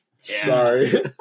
Sorry